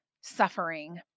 suffering